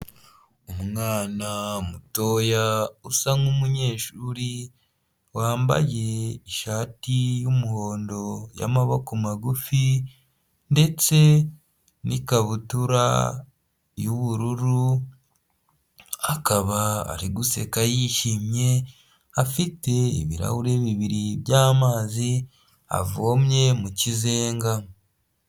Umwana mutoya usa nk'umunyeshuri wambaye ishati y'umuhondo y'amaboko magufi ndetse n'ikabutura y'ubururu akaba ari guseka yishimye, afite ibirahuri bibiri by'amazi avomye mukizenga.